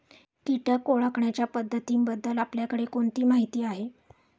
कीटक ओळखण्याच्या पद्धतींबद्दल आपल्याकडे कोणती माहिती आहे?